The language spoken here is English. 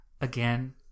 again